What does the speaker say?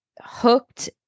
hooked